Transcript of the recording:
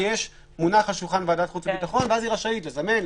הוא מונח על שולחן ועדת החוץ והביטחון ואז היא רשאית לזמן,